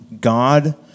God